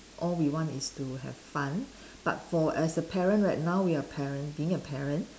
all we want is to have fun but for as a parent right now we are parent being a parent